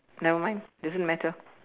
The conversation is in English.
nevermind doesn't matter